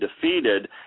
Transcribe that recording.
defeated